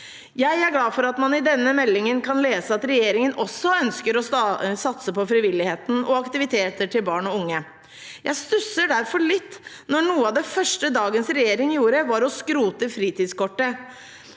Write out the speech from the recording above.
Jeg er glad for at man i denne meldingen kan lese at regjeringen også ønsker å satse på frivilligheten og aktiviteter til barn og unge. Jeg stusser derfor litt når noe av det første dagens regjering gjorde, var å skrote fritidskortet.